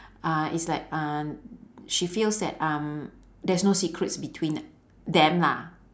uh it's like uh she feels that um there's no secrets between them lah